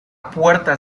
puerta